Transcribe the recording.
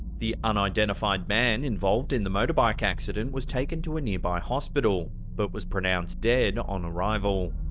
the unidentified man involved in the motorbike accident was taken to a nearby hospital, but was pronounced dead on arrival.